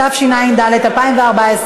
התשע"ד 2014,